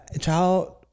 Child